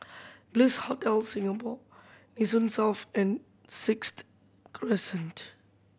Bliss Hotel Singapore Nee Soon and Sixth Crescent